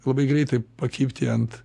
labai greitai pakibti ant